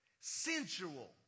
sensual